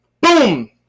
Boom